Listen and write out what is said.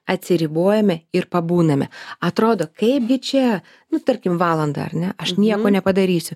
atsiribojame ir pabūname atrodo kaipgi čia nu tarkim valandą ar ne aš nieko nepadarysiu